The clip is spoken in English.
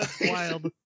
wild